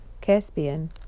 Caspian